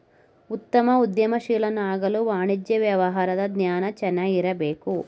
ಉತ್ತಮ ಉದ್ಯಮಶೀಲನಾಗಲು ವಾಣಿಜ್ಯ ವ್ಯವಹಾರ ಜ್ಞಾನ ಚೆನ್ನಾಗಿರಬೇಕು